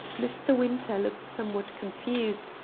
mr. winter looked somewhat confused,